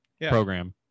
program